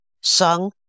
song